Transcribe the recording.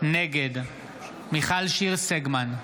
נגד מיכל שיר סגמן,